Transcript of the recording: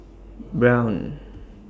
Braun